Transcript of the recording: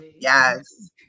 Yes